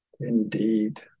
Indeed